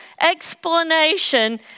explanation